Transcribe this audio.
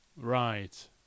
Right